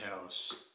House